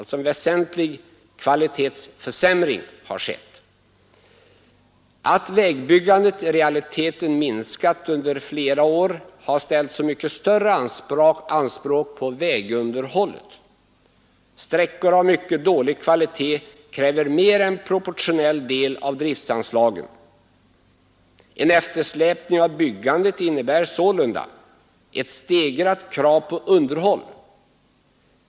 En väsentlig kvalitetsförsämring har alltså skett. Att vägbyggandet i realiteten minskat under flera år har ställt så mycket större anspråk på vägunderhållet. Sträckor av mycket dålig kvalitet kräver mer än proportionell del av driftsanslagen. En eftersläpning av byggandet innebär sålunda ett stegrat krav på underhåll.